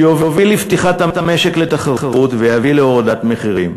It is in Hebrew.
שיוביל לפתיחת המשק לתחרות ויביא להורדת מחירים.